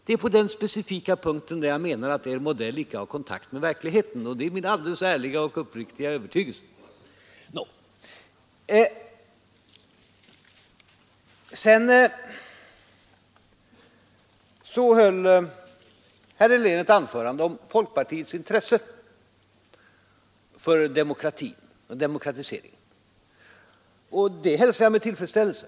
Det är på den specifika punkten jag menar att er modell inte har kontakt med verkligheten, och det är min alldeles ärliga och uppriktiga övertygelse. Herr Helén höll sedan ett anförande om folkpartiets intresse för demokrati och demokratisering, och det intresset hälsar jag med tillfredsställelse.